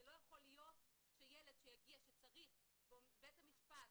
זה לא יכול להיות שילד שמגיע לבית המשפט,